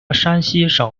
山西省